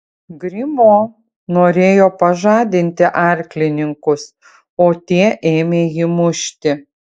grimo norėjo pažadinti arklininkus o tie ėmė jį mušti